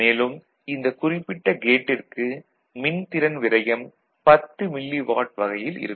மேலும் இந்த குறிப்பிட்ட கேட்டிற்கு மின்திறன் விரயம் 10 மில்லி வாட் வகையில் இருக்கும்